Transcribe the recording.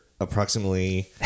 approximately